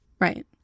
Right